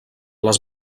les